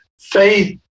Faith